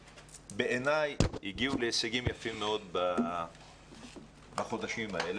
שבעיניי הגיעו להישגים יפים מאוד בחודשים האלה.